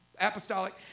apostolic